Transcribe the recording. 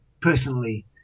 personally